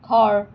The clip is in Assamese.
ঘৰ